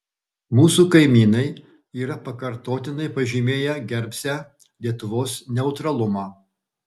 mūsų kaimynai yra pakartotinai pažymėję gerbsią lietuvos neutralumą